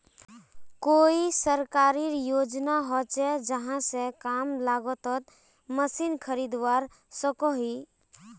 कोई सरकारी योजना होचे जहा से कम लागत तोत मशीन खरीदवार सकोहो ही?